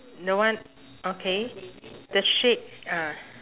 the one okay the shape uh